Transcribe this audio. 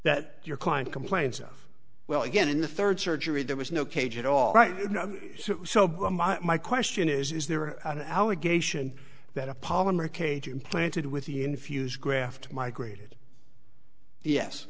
that your client complains of well again in the third surgery there was no cage at all right so my question is is there an allegation that a polymeric cage implanted with the infused graft migrated yes